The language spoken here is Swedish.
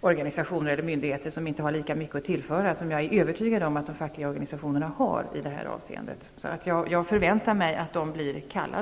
organisationer eller myndigheter som inte har lika mycket att tillföra som jag är övertygad om att de fackliga organisationerna har i det här avseendet. Jag förväntar mig alltså att de blir kallade.